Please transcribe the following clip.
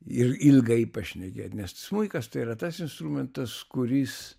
ir ilgai pašnekėt nes smuikas tai yra tas instrumentas kuris